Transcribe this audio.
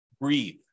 breathe